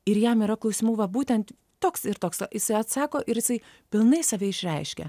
ir jam yra klausimų va būtent toks ir toks jisai atsako ir jisai pilnai save išreiškia